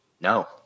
no